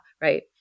Right